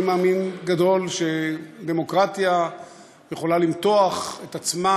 אני מאמין גדול שדמוקרטיה יכולה למתוח את עצמה